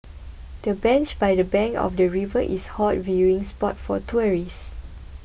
the bench by the bank of the river is hot viewing spot for tourists